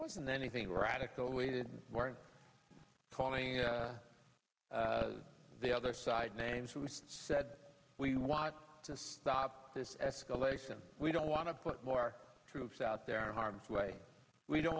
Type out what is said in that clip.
wasn't anything radical awaited weren't calling the other side names said we want to stop this escalation we don't want to put more troops out there harm's way we don't